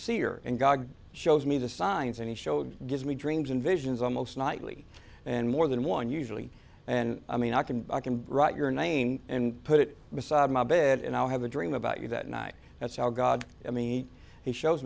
seer and god shows me the signs and he showed me dreams and visions almost nightly and more than one usually and i mean i can i can write your name and put it beside my bed and i have a dream about you that night that's our god i mean he shows